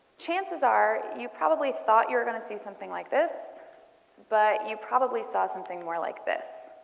chances are you probably thought you were going to see something like this but you probably saw something more like this.